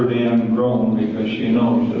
and grown because she knows